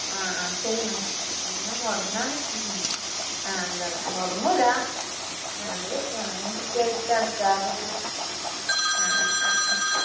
ആ ആ ശരി മാം ഞാൻ മുടങ്ങാതെ ആ അത തന്നെ മുടങ്ങില്ല അത് കൃത്യമായിട്ട് അടക്കാം പിന്നെ ആ ആ